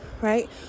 right